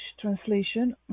translation